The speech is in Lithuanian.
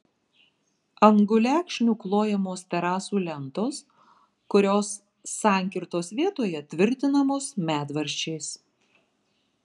ant gulekšnių klojamos terasų lentos kurios sankirtos vietoje tvirtinamos medvaržčiais